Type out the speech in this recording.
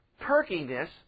perkiness